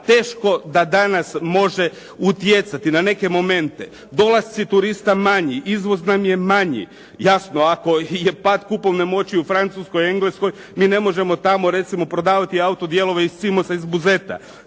teško da danas može utjecati na neke momente. Dolasci turista manji, izvoz nam je manji. Jasno, ako je pad kupovne moći u Francuskoj, Engleskoj, mi ne možemo tamo recimo prodavati autodijelove iz cimosa iz Buzeta.